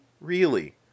Really